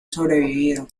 sobrevivido